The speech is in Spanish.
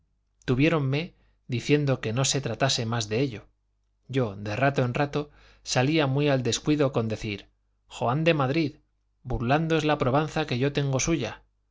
jurando tuviéronme diciendo que no se tratase más de ello yo de rato en rato salía muy al descuido con decir joan de madrid burlando es la probanza que yo tengo suya